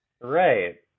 right